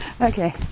Okay